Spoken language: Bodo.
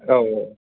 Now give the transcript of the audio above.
औ औ